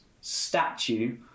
statue